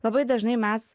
labai dažnai mes